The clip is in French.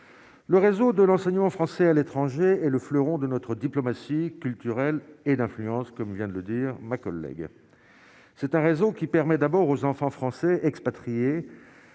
le réseau de l'enseignement français à l'étranger et le fleuron de notre diplomatie culturelle et d'influence, comme vient de le dire, ma collègue, c'est un réseau qui permet d'abord aux enfants français expatriés